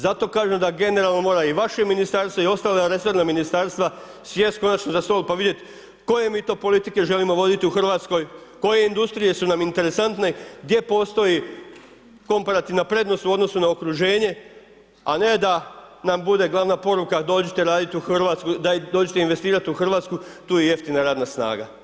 Zato kažem da generalno mora i vaše ministarstvo i ostala resorna ministarstva sjest konačno za stol pa vidjeti koje mi to politike želimo voditi u Hrvatskoj, koje industrije su nam interesantne, gdje postoji komparativna prednost u odnosu na okruženje a ne da nam bude glavna poruka dođite raditi u Hrvatsku, dođite investirati u Hrvatsku, tu je jeftina radna snaga.